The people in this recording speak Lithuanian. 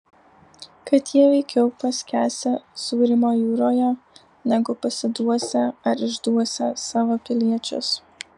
kad jie veikiau paskęsią sūrymo jūroje negu pasiduosią ar išduosią savo piliečius